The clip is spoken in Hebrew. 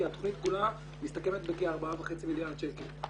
התוכנית כולה מסתכמת בכ-4.5 מיליארד שקלים.